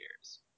years